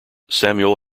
samuel